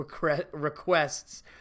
requests